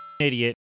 idiot